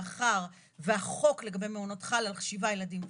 מאחר והחוק לגבי מעונות חל על שבעה ילדים ומעלה,